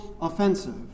offensive